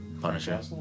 Punisher